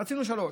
רצינו שלוש,